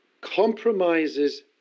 compromises